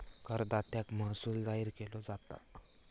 करदात्याक महसूल जाहीर केलो जाता